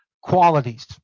qualities